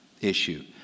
issue